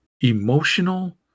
emotional